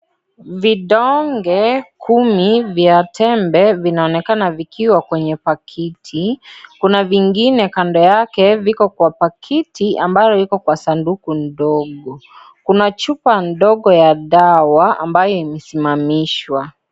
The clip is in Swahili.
Vidonge kumi vya tembe vinaonekana vikiwa kwenye pakiti, kuna vingine kando yake viko kwa pakiti ambayo iko kwa sanduku ndogo, kuna chupa ndogo ya dawa ambayo imesimamishwa.